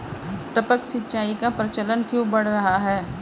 टपक सिंचाई का प्रचलन क्यों बढ़ रहा है?